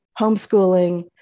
homeschooling